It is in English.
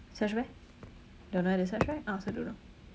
search where don't know where to search right I also don't know